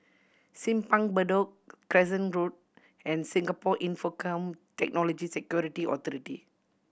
Simpang Bedok Crescent Road and Singapore Infocomm Technology Security Authority